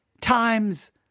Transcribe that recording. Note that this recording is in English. times